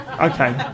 Okay